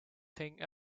thing